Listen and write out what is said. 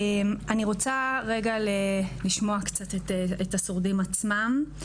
אני רוצה רגע לשמוע קצת את השורדים עצמם.